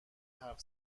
حرف